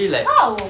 how